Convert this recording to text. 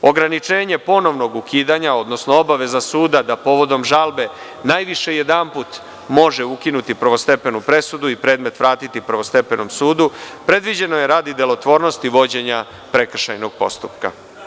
Ograničenje ponovnog ukidanja, odnosno obaveza suda da povodom žalbe najviše jedanput može ukinuti prvostepenu presudu i predmet vratiti prvostepenom sudu predviđeno je radi delotvornosti vođenja prekršajnog postupka.